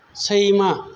सैमा